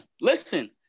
listen